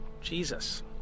Jesus